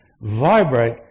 vibrate